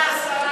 שנייה, השרה,